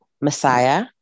Messiah